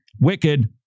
wicked